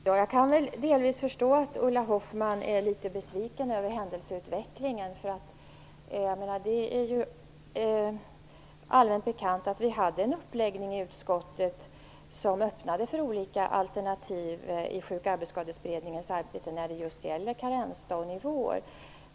Fru talman! Jag kan delvis förstå att Ulla Hoffmann är litet besviken över händelseutvecklingen. Det är allmänt bekant att vi hade en uppläggning i utskottet som öppnade för olika alternativ i Sjuk och arbetsskadeberedningens arbete när det gäller just karensdag och nivåer.